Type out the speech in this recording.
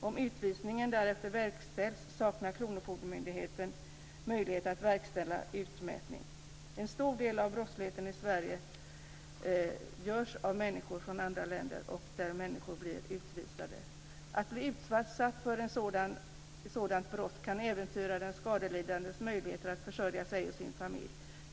Om utvisningen därefter verkställs saknar kronofogdemyndigheten möjlighet att verkställa utmätning. En stor del av brottsligheten i Sverige utförs av människor från andra länder och de blir sedan utvisade. Att bli utsatt för en sådant brott kan äventyra den skadelidandes möjligheter att försörja sig och sin familj.